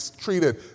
treated